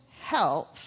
health